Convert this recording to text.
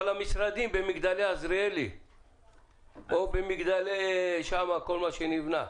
אבל המשרדים במגדלי עזריאלי או שם כל מה שנבנה.